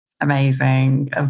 amazing